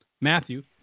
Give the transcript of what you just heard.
Matthew